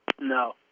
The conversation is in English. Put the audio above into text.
No